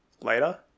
later